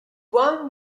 one